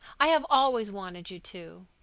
i have always wanted you to.